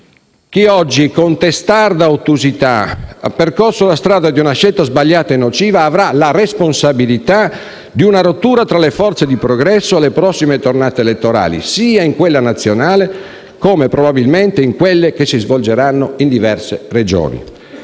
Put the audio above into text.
Chi oggi, con testarda ottusità, ha percorso la strada di una scelta sbagliata e nociva avrà la responsabilità di una rottura tra le forze di progresso alle prossime tornate elettorali, sia in quella nazionale, come probabilmente in quelle che si svolgeranno in diverse Regioni.